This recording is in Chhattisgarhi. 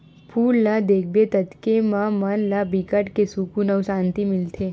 फूल ल देखबे ततके म मन ला बिकट के सुकुन अउ सांति मिलथे